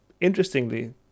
interestingly